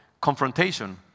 confrontation